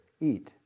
eat